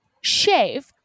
shave